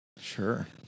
Sure